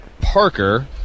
Parker